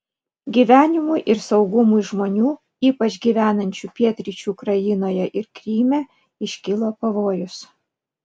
gyvenimui ir saugumui žmonių ypač gyvenančių pietryčių ukrainoje ir kryme iškilo pavojus